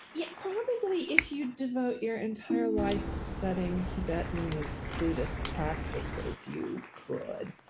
yeah, probably if you devote your entire life to studying tibetan buddhist practices you could.